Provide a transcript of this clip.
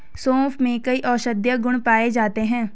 सोंफ में कई औषधीय गुण पाए जाते हैं